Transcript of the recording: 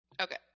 Okay